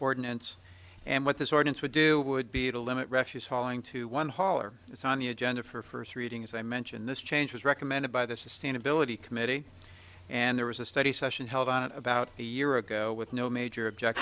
ordinance and what this ordnance would do would be to limit refuse hauling to one haul or it's on the agenda for first reading as i mentioned this change was recommended by this is stand ability committee and there was a study session held on it about a year ago with no major object